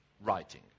Writing